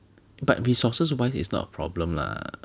but resources wise it's not a problem lah